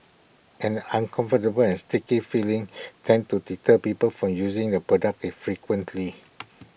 an uncomfortable and sticky feeling tends to deter people from using the product frequently